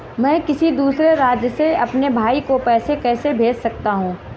मैं किसी दूसरे राज्य से अपने भाई को पैसे कैसे भेज सकता हूं?